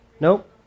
Nope